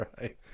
right